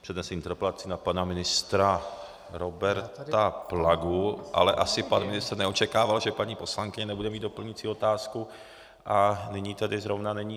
Přednese interpelaci na pana ministra Roberta Plagu, ale asi pan ministr neočekával, že paní poslankyně nebude mít doplňující otázku, a nyní zde zrovna není.